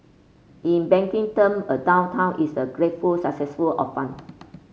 in banking term a downtown is a grateful successful of fund